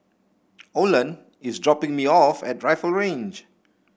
Olan is dropping me off at Rifle Range